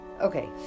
Okay